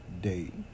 date